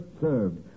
served